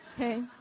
Okay